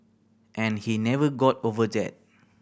and he never got over that